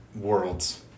worlds